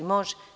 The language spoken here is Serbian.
Može.